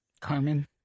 Carmen